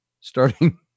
starting